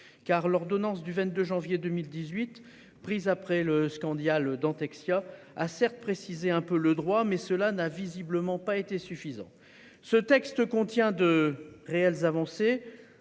car l'ordonnance du 22 janvier 2018 prise après le Skandia le. Dentexia a certes précisé un peu le droit mais cela n'a visiblement pas été suffisant. Ce texte contient de réelles avancées.